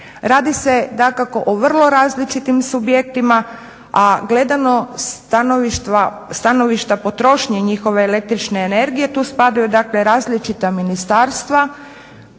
dakako o vrlo različitim subjektima, a gledano sa stanovišta potrošnje njihove električne energije tu spadaju dakle različita ministarstva,